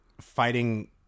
fighting